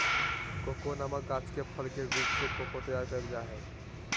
cocoa नामक गाछ के फल के बीज से कोको तैयार कइल जा हइ